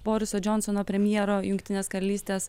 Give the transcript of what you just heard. boriso džonsono premjero jungtinės karalystės